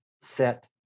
set